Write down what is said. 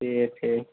சரி சரி